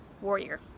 warrior